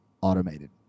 automated